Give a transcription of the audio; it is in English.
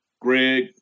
Greg